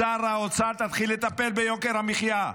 שר האוצר, תתחיל לטפל ביוקר המחיה.